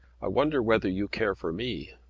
i wonder whether you care for me?